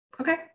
Okay